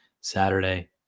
Saturday